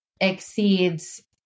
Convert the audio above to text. exceeds